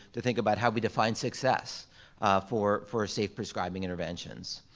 to think about how we define success for for safe prescribing interventions.